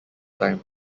time